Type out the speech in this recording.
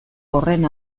horren